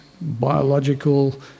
biological